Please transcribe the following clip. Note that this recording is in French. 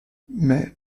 mais